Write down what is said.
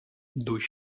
durch